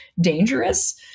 dangerous